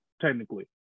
technically